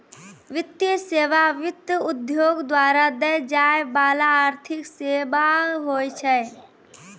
वित्तीय सेवा, वित्त उद्योग द्वारा दै जाय बाला आर्थिक सेबा होय छै